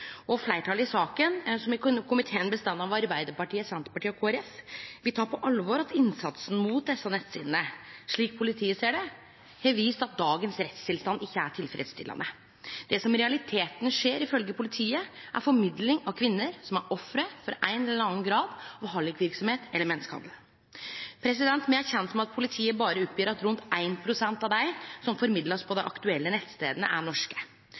og utbreiing. Fleirtalet i saka, som i komiteen består av Arbeidarpartiet, Senterpartiet og Kristeleg Folkeparti, tek på alvor at innsatsen mot desse nettsidene, slik politiet ser det, har vist at dagens rettstilstand ikkje er tilfredsstillande. Det som i realiteten skjer, ifølgje politiet, er formidling av kvinner som er offer for ein eller annan grad av hallikverksemd eller menneskehandel. Me er kjende med at politiet gjev opp at rundt berre 1 pst. av dei som blir formidla på dei aktuelle nettstadene, er norske.